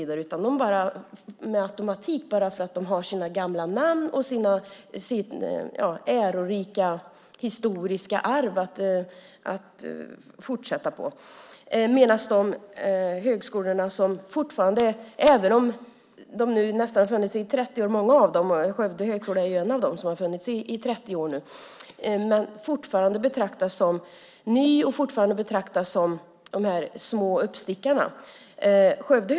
Det går med automatik bara för att de har sina gamla namn och sitt ärorika historiska arv. Många av högskolorna har funnits i 30 år. Skövde högskola är en av dem som har funnits i 30 år nu. Fortfarande betraktas de som nya och små uppstickare.